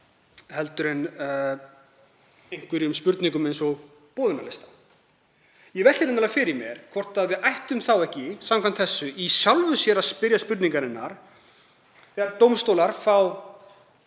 þáttum en einhverjum spurningum um boðunarlista. Ég velti nefnilega fyrir mér hvort við ættum ekki, samkvæmt þessu, í sjálfu sér að spyrja spurningarinnar þegar dómstólar fá